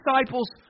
disciples